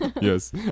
Yes